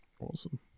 awesome